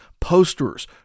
posters